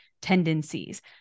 tendencies